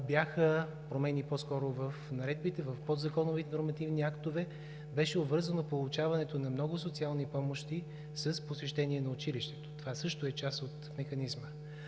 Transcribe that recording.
промени в наредбите, в подзаконовите нормативни актове беше обвързано получаването на много социални помощи с посещение на училището. Това също е част от механизма.